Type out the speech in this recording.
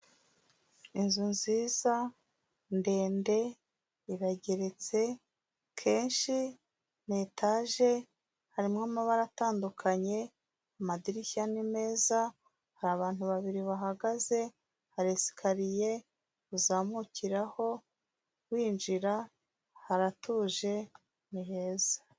Inzu nziza ndende irageretse kenshi ni etage, harimo amabara atandukanye, amadirishya ni meza, hari abantu babiri bahagaze, hari esikariye uzamukiraho winjira, haratuje ni heza.